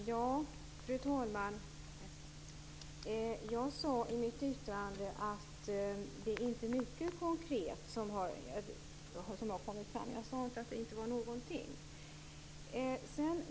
Fru talman! Jag sade att det inte är mycket konkret som har kommit fram. Jag sade inte att det inte var någonting.